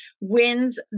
wins